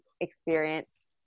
experience